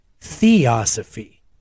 Theosophy